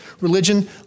religion